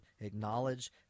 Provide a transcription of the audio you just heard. acknowledge